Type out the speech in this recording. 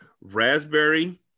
raspberry